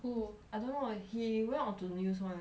who I don't know he went onto news [one]